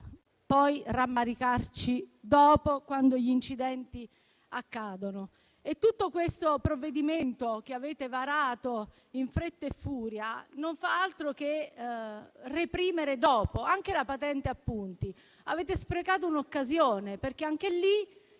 rammaricarci dopo, quando gli incidenti accadono. Questo provvedimento che avete varato in fretta e furia non fa altro che attuare una repressione dopo. Anche sulla patente a punti avete sprecato un'occasione, perché anche in